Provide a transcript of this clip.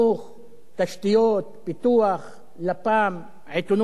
תשתיות, פיתוח, לפ"מ, עיתונות וכדומה,